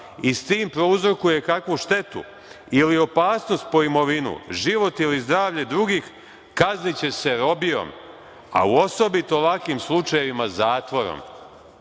i s tim prouzrokuje kakvu štetu ili opasnost po imovinu, život ili zdravlje drugih, kazniće se robijom, a u osobito ovakvim slučajevima zatvorom“.